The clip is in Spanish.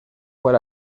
cuál